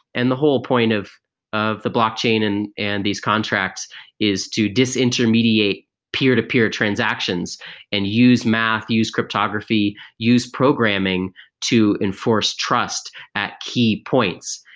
and the whole point of of the blockchain and and these contracts is to dis intermediate peer-to-peer transactions and use math, use cryptography, use programming to enforce trust at key points.